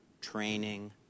training